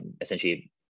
essentially